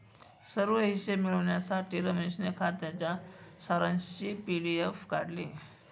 सर्व हिशोब मिळविण्यासाठी रमेशने खात्याच्या सारांशची पी.डी.एफ काढली